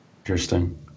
Interesting